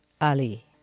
Ali